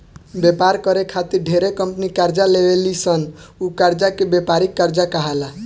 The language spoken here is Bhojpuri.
व्यापार करे खातिर ढेरे कंपनी कर्जा लेवे ली सन उ कर्जा के व्यापारिक कर्जा कहाला